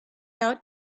out